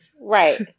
Right